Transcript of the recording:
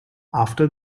after